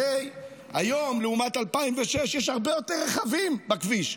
הרי היום לעומת 2006 יש הרבה יותר רכבים בכביש,